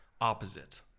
opposite